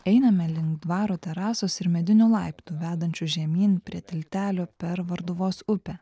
einame link dvaro terasos ir medinių laiptų vedančių žemyn prie tiltelio per varduvos upę